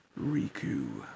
riku